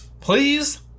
Please